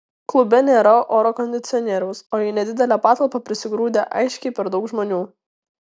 klube nėra oro kondicionieriaus o į nedidelę patalpą prisigrūdę aiškiai per daug žmonių